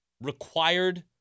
required